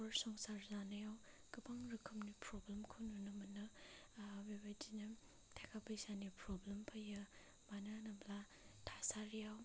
नखर संसार जानायाव गोबां रोखोमनि प्रब्लेमखौ नुनो मोनो बेबायदिनो थाखा फैसानि प्रब्लेम फैयो मानो होनोब्ला थासारियाव